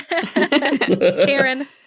Karen